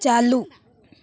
ᱪᱟᱹᱞᱩ